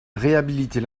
réhabiliter